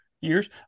years